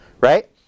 right